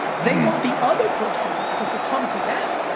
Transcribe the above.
they want the other person to succumb to them,